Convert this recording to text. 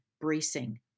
bracing